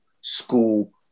school